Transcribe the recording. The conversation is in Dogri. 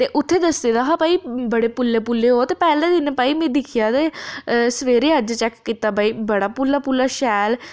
ते उत्थै दस्से दा हा भाई बड़े पुल्ले पुल्ले ओह् ते पैह्ले दिन भाई मीं दिक्खियै ते सवेरे अज्ज चैक्क कीता भाई बड़ा पुल्ला पुल्ला शैल